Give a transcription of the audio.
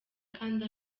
kandi